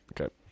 Okay